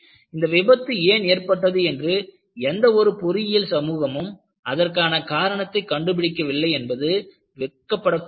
இந்த விபத்து ஏன் ஏற்பட்டது என்று எந்த ஒரு பொறியியல் சமூகமும் அதற்கான காரணத்தை கண்டு பிடிக்க வில்லை என்பது வெட்கப்படக்கூடியது